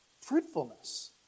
Fruitfulness